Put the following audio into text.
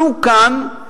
אנחנו כאן,